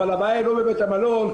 אבל הבעיה היא לא בבית המלון,